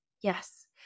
yes